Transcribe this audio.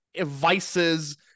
vice's